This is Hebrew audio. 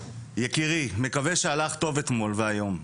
"יקירי, מקווה שהלך טוב אתמול והיום.